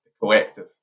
collective